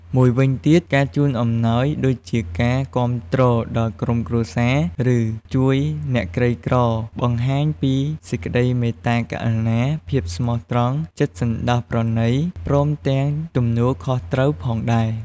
មួយវិញទៀត ការជូនអំណោយដូចជាការគាំទ្រដល់ក្រុមគ្រួសារ ឬជួយអ្នកក្រីក្របង្ហាញពីសេចក្ដីមេត្តាករុណា ភាពស្មោះត្រង់ ចិត្តសន្តោសប្រណី ព្រមទាំងទំនួលខុសត្រូវផងដែរ។